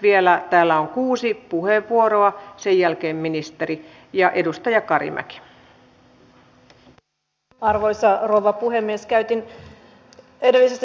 tuntuu tosiaan oudolta se että monessa tilanteessa lentolippu voi olla halvempi kuin junalippu samalle matkalle